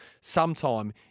sometime